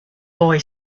boy